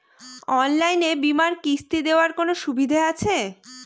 অনলাইনে বীমার কিস্তি দেওয়ার কোন সুবিধে আছে?